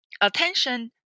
attention